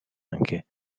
anche